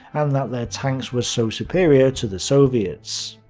and that their tanks were so superior to the soviets.